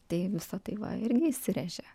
tai visa tai va irgi įsirėžė